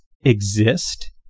exist